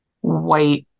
white